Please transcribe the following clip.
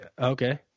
Okay